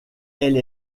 elle